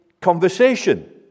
conversation